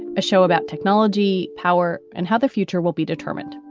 a show about technology power and how the future will be determined.